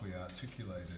articulated